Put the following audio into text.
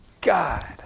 God